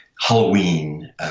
Halloween